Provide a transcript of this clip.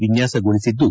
ವಿನ್ಯಾಸಗೊಳಿಸಿದ್ದು